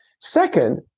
Second